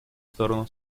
сторону